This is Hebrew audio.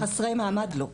חסרי מעמד, לא.